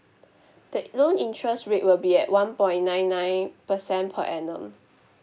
that loan interest rate will be at one point nine nine percent per annum